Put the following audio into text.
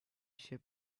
ship